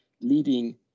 leading